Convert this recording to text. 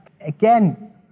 again